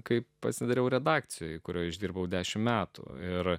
kai pasidariau redakcijoje kurioje išdirbau dešimt metų ir